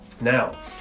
now